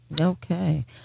Okay